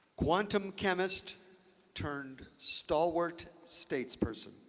quantum chemist turned stalwart statesperson,